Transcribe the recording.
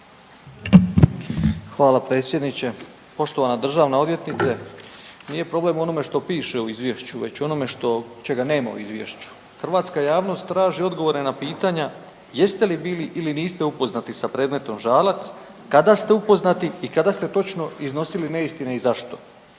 Hvala predsjedniče. Poštovana državna odvjetnice nije problem u onome što piše u izvješću već u onome što, čega nema u izvješću. Hrvatska javnost traži odgovore na pitanje jeste li bili ili niste upoznati sa predmetom Žalac, kada ste upoznati i kada ste točno iznosili neistine i zašto?